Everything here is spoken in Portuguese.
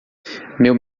meu